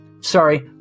Sorry